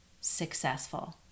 successful